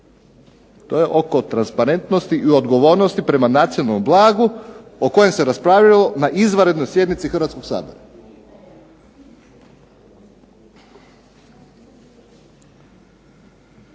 To je oko transparentnosti i odgovornosti prema nacionalnom blagu o kojem se raspravljalo na izvanrednoj sjednici Hrvatskog sabora.